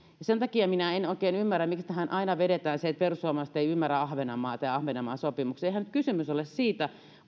sen takia minä en oikein ymmärrä miksi tähän aina vedetään se että perussuomalaiset eivät ymmärrä ahvenanmaata ja ahvenanmaan sopimuksia eihän nyt kysymys ole siitä